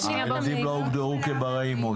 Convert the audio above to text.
הילדים האלה לא הוגדרו כברי אימוץ.